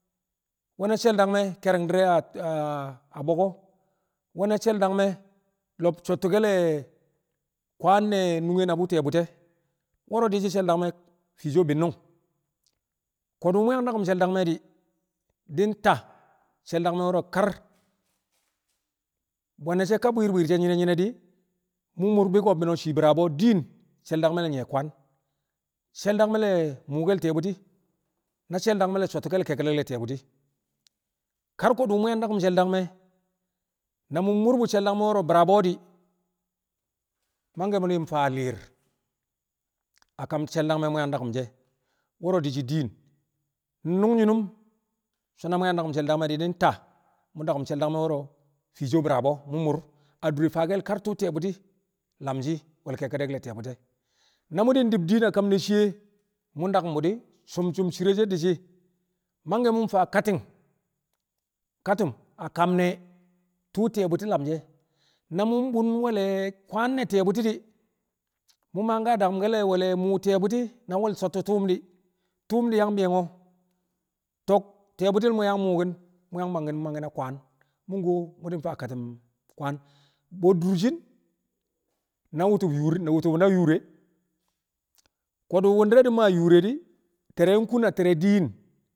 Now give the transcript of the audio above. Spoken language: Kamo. We̱na she̱l dangme̱ ke̱ri̱ng di̱re̱ a- a boko, wena she̱l dangme̱ lo̱b sottuke le̱ kwaan ne̱ nunge na bu ti̱ƴe̱ bu̱ti̱ e̱. wo̱ro̱ di̱ shɪ she̱l dangme̱ fiiso bi̱nnu̱ng ko̱dṵ mu̱ yang daku̱m she̱l dangme̱ di̱, di̱ nta she̱l dangme̱ wo̱ro̱ kar bo̱nashe̱ ka bwi̱i̱r bwi̱i̱r nyine nyine di̱ mu̱ mu̱r bi̱ ko̱bbino shii bi̱raab o. Din she̱l dangme̱ le̱ nyi̱ye̱ kwaan, she̱l dangme̱ le̱ muukel ti̱ye̱ bu̱ti̱ na she̱l dangme̱ le̱ sottukel kekkedek le̱ ti̱ye̱ bu̱ti̱. Kar ko̱du̱ mu̱ yang daku̱m she̱l dangme̱ na mu̱ mu̱r bu̱ she̱l dangme̱ bi̱raab o̱ di̱, mangke̱ mu̱ di̱ faa li̱i̱r a kam she̱l dangme̱ mu̱ yang daku̱m she̱ wo̱ro̱ din. Nnung so̱ na mu̱ yang daku̱m she̱l dangme̱ nta nƴi̱ daku̱m she̱l dangme̱ wo̱ro̱ fiiso bi̱raab o̱ mu̱ mu̱r, a dure faake̱l kar tu̱u̱ ti̱ƴe̱ bu̱ti̱ lam shi̱ we̱l kekkedek le̱ ti̱ye̱ bu̱ti̱ e̱. Na mu̱ di̱ di̱b din a kam le̱ shiye mu̱ daku̱m bu̱ di̱, cum cum cire she̱ di̱ shi̱ mangke̱ mu̱ faa kati̱n katu̱m a kam ne̱ tu̱u̱ ti̱ye̱ bu̱ti̱ lam shi̱ e̱ na mu̱ bun we̱l kwaan ne̱ ti̱ye̱ bu̱ti̱ di̱, mu̱ man ka daku̱mke̱l le̱ we̱l muu ti̱ye̱ bu̱ti̱ na we̱l sottu tṵṵm di̱, tṵṵm di̱ yang bi̱yo̱ko̱ to̱k ti̱ye̱ buti̱l mo̱ yang a muukin, mu̱ yang bwangki̱n mangke̱ na kwaan, mu̱ kuwo mu̱ di̱i faa kati̱m kwaan. Bo̱ du̱rshi̱n, na wu̱tu̱b yur na yur e̱ ko̱du̱ wu̱ndi̱re̱ di̱ maa yur e̱ di̱, te̱re̱ wu̱ nkun a te̱re̱ din